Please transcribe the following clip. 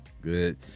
good